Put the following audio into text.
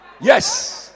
Yes